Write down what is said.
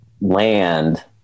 land